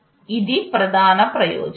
ఇది ప్రధాన ప్రయోజనం